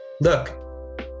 Look